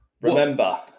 remember